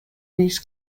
these